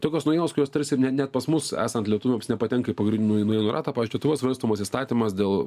tokios naujienos kurios tarsi ir ne net pas mus esant lietuviams nepatenka į pagrindinių naujienų ratą pavyzdžiui lietuvoj svarstomas įstatymas dėl